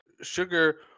sugar